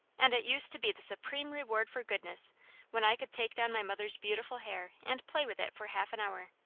and it used to be the supreme reward for goodness when i could take down my mother's beautiful hair and play with it for half an hour.